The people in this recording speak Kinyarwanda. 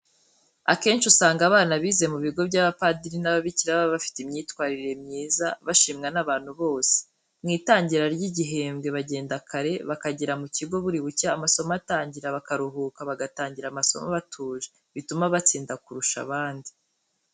Akenshi usanga abana bize mu bigo by'abapadiri n'ababikira baba bafite imyitwarire myiza, bashimwa n'abantu bose. Mu itangira ry'igihembwe bagenda kare, bakagera mu kigo buri bucye amasomo atangira, bakaruhuka, bagatangira amasomo batuje, bituma batsinda kurusha abandi.